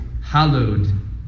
Hallowed